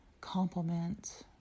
compliment